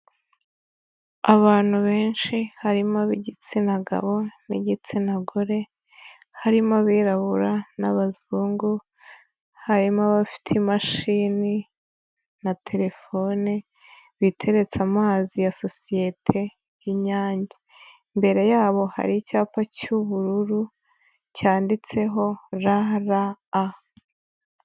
Abantu benshi harimo ab'igitsina gabo n'igitsina gore, harimo abirabura n'abazungu, harimo abafite imashini na telefone, biteretse amazi ya sosiyete y'Inyange, imbere yabo hari icyapa cy'ubururu cyanditseho RRA.